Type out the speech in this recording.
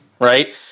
right